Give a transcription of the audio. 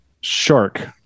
Shark